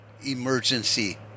emergency